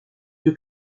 deux